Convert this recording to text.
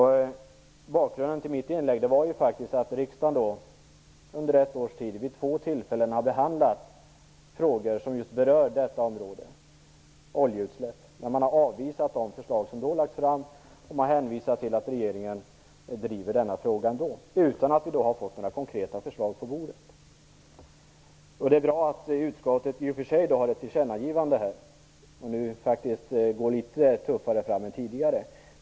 Bakgrunden till mitt inlägg är att riksdagen faktiskt under ett års tid vid två tillfällen har behandlat frågor som berör detta område, alltså oljeutsläpp. Man har avvisat de förslag som då lagts fram, och man hänvisar till att regeringen driver denna fråga ändå - utan att vi har fått några konkreta förslag på bordet. Det är bra att utskottet i och för sig har ett tillkännagivande. Man går faktiskt litet tuffare fram jämfört med tidigare.